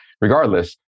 Regardless